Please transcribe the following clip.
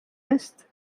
list